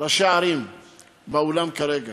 באולם כרגע